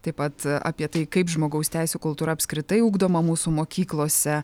taip pat apie tai kaip žmogaus teisių kultūra apskritai ugdoma mūsų mokyklose